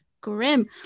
grim